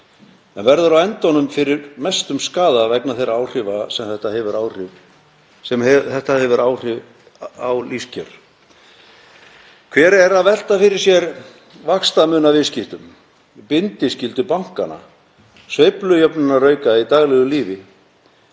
en verður á endanum fyrir mestum skaða vegna þeirra áhrifa sem þetta hefur á lífskjör. Hver er að velta fyrir sér vaxtamunarviðskiptum, bindiskyldu bankanna og sveiflujöfnunarauka í daglegu lífi?